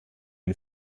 ein